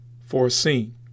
foreseen